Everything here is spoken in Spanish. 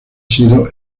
sido